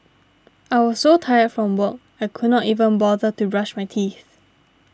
I was so tired from work I could not even bother to brush my teeth